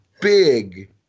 big